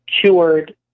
cured